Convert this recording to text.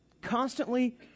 Constantly